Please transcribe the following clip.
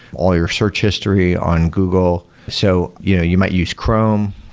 all your search history on google. so you know you might use chrome.